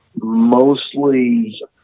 mostly